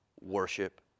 worship